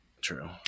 true